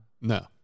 No